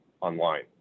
online